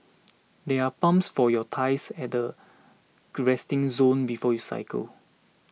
there are pumps for your tyres at the resting zone before you cycle